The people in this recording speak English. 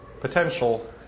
potential